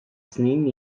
snin